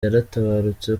yaratabarutse